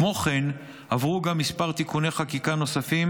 כמו כן עברו כמה תיקוני חקיקה נוספים